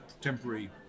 temporary